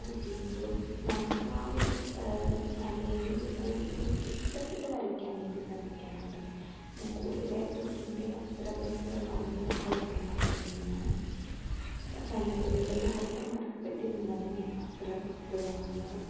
അത് ചെയ്യുമ്പോളും നമുക്ക് ആ ഒരു വരേനോട് കൂടുതലും ഇഷ്ടപ്പെട്ട് വരയ്ക്കാൻ വേണ്ടി സാധിക്കാറുണ്ട് ഞാൻ കൂടുതലായിട്ടും എൻ്റെ അപ്സര പെൻസിലുകൾ വാങ്ങുന്നത് ഹൈപ്പർ മാർക്കറ്റിൽ നിന്നാണ് വയനാടിലുള്ള ഒരു ഹൈപ്പർ മാർക്കറ്റിൽ നിന്നാണ് ഞാൻ അപ്സര പെൻസിലുകൾ വാങ്ങാറ്